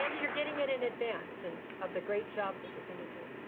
you're getting it in advance and of the great job that you're gonna do.